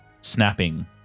Snapping